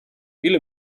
ile